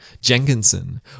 Jenkinson